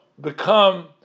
become